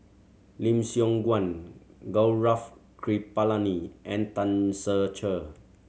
Lim Siong Guan Gaurav Kripalani and Tan Ser Cher